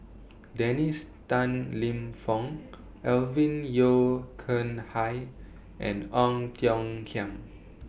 Dennis Tan Lip Fong Alvin Yeo Khirn Hai and Ong Tiong Khiam